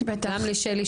גם לשלי,